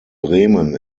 bremen